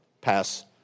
pass